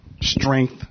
strength